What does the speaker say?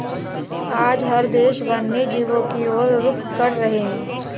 आज हर देश वन्य जीवों की और रुख कर रहे हैं